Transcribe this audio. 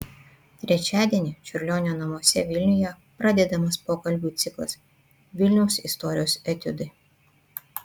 trečiadienį čiurlionio namuose vilniuje pradedamas pokalbių ciklas vilniaus istorijos etiudai